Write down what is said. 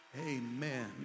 Amen